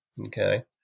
Okay